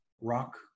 rock